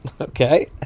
Okay